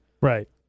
right